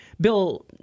Bill